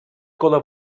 color